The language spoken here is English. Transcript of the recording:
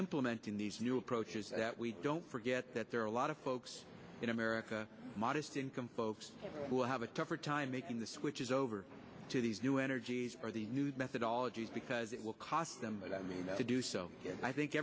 implementing these new approaches that we don't forget that there are a lot of folks in america modest income folks who have a tougher time making the switches over to these new energies or the new methodology because it will cost them but i mean to do so i think